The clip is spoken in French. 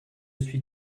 suis